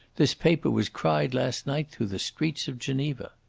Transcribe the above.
this paper was cried last night through the streets of geneva.